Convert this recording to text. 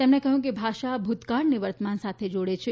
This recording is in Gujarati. તેમણે કહ્યું કે ભાષા ભૂતકાળને વર્તમાન સાથે જોડે છે